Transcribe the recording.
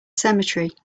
cemetery